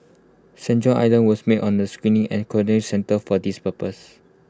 saint John's island was made on A screening and quarantine centre for this purpose